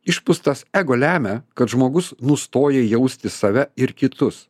išpustas ego lemia kad žmogus nustoja jausti save ir kitus